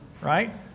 right